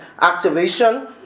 activation